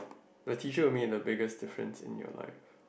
the tissue will make in a biggest different in your life